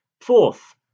Fourth